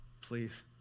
please